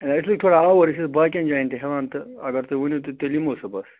ہَے أسۍ لٔگۍ تھوڑا آوُر أسۍ ٲسۍ باقیَن جایَن تہِ ہٮ۪وان تہٕ اگر تُہۍ ؤنِو تہٕ تیٚلہِ یِمو صُبَحس